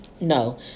No